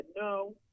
no